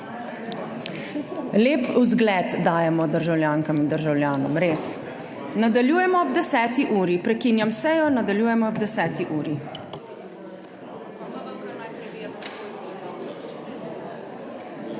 lep vzgled dajemo državljankam in državljanom, res. Nadaljujemo ob 10. uri. Prekinjam sejo, nadaljujemo ob 10. uri.